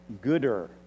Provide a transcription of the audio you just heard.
gooder